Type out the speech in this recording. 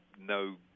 no